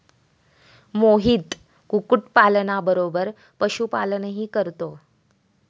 मोहित कुक्कुटपालना बरोबर पशुपालनही करतो